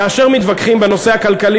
כאשר מתווכחים בנושא הכלכלי,